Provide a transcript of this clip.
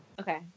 Okay